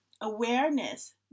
awareness